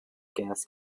gas